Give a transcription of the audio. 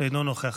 אינו נוכח.